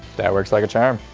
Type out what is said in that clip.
that works like a charm.